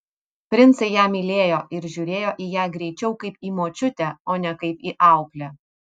princai ją mylėjo ir žiūrėjo į ją greičiau kaip į močiutę o ne kaip į auklę